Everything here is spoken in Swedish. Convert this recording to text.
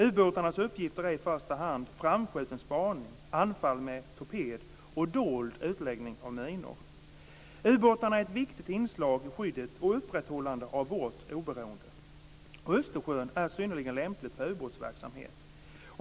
Ubåtarnas uppgifter är i första hand framskjuten spaning, anfall med torped och dold utläggning av minor. Ubåtarna är ett viktigt inslag i skyddet och upprätthållandet av vårt oberoende. Östersjön är synnerligen lämplig för ubåtsverksamhet.